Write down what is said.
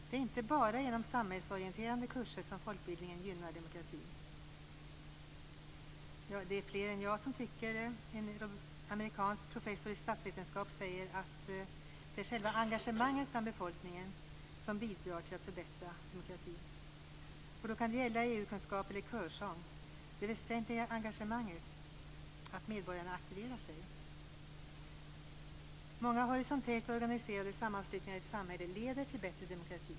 Det är inte bara genom samhällsorienterande kurser som folkbildningen gynnar demokratin. Det är fler än jag som tycker detta. En amerikansk professor i statsvetenskap säger att det är själva engagemanget bland befolkningen som bidrar till att förbättra demokratin. Då kan det gälla EU-kunskaper eller körsång. Det väsentliga är engagemanget; att medborgarna aktiverar sig. Många horisontellt organiserade sammanslutningar i ett samhälle leder till bättre demokrati.